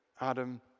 Adam